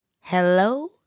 Hello